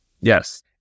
Yes